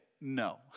no